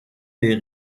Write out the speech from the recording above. des